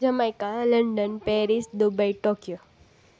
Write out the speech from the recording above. jamaica London Paris Dubai Tokyo